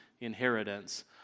inheritance